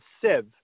sieve